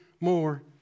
more